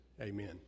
amen